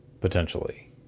potentially